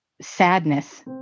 sadness